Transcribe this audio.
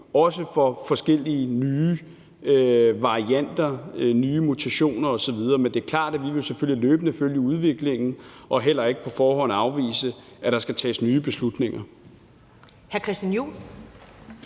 også ved forskellige nye varianter, nye mutationer osv. Men det er klart, at vi selvfølgelig løbende vil følge udviklingen og heller ikke på forhånd afvise, at der skal tages nye beslutninger.